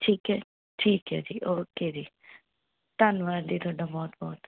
ਠੀਕ ਹੈ ਠੀਕ ਹੈ ਜੀ ਓਕੇ ਜੀ ਧੰਨਵਾਦ ਜੀ ਤੁਹਾਡਾ ਬਹੁਤ ਬਹੁਤ